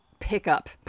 Pickup